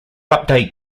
update